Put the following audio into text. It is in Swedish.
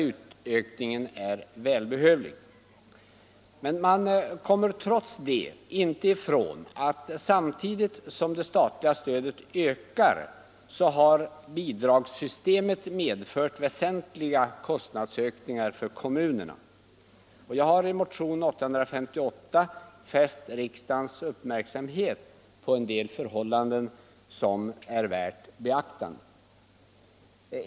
Utökningen är välbehövlig. Men man kommer trots utökningen inte ifrån att samtidigt som det statliga stödet höjts så har bidragssystemet medfört väsentliga kostnadsökningar för kommunerna. Jag har i motionen 858 fäst riksdagens uppmärksamhet på en del förhållanden som är värda beaktande.